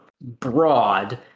broad